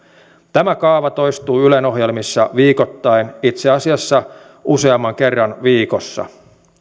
tämä kaava toistuu ylen ohjelmissa viikoittain itse asiassa useamman kerran viikossa